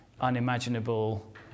unimaginable